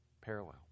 Parallel